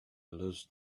lose